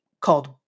called